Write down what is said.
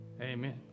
Amen